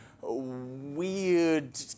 weird